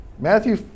Matthew